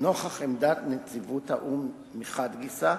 נוכח עמדת נציבות האו"ם מחד גיסא,